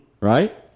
Right